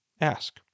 ask